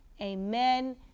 amen